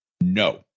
No